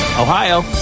Ohio